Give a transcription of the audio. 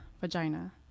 vagina